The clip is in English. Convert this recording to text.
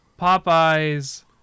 Popeye's